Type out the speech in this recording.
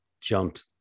jumped